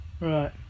Right